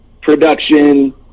production